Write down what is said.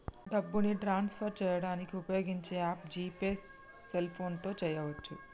డబ్బుని ట్రాన్స్ఫర్ చేయడానికి ఉపయోగించే యాప్ జీ పే సెల్ఫోన్తో చేయవచ్చు